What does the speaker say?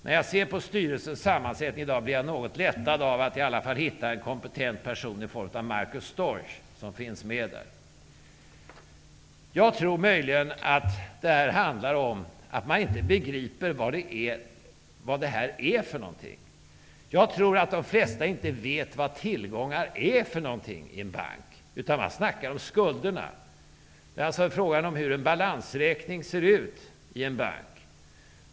När jag ser på styrelsens sammansättning i dag blir jag något lättad av att i alla fall hitta en kompetent person i form av Marcus Jag tror möjligen att detta handlar om att man inte begriper vad detta är för något. Jag tror att de flesta inte vet vad tillgångar i en bank är för något. Man snackar om skulderna. Det är alltså fråga om hur en balansräkning i en bank ser ut.